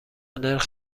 نرخ